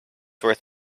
worth